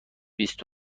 بیست